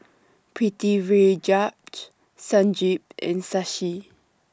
Pritiviraj Sanjeev and Shashi